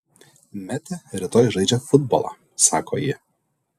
metė rytoj žaidžia futbolą sako ji